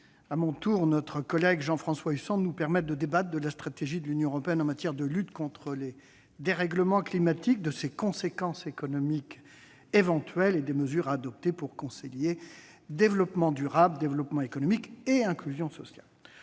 remercier notre collègue Jean-François Husson de nous permettre de débattre de la stratégie de l'Union européenne en matière de lutte contre les dérèglements climatiques, de ses conséquences économiques éventuelles et des mesures à adopter pour concilier développement durable, développement économique et inclusion sociale.